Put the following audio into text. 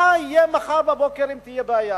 מה יהיה מחר בבוקר אם תהיה בעיה.